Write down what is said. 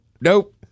Nope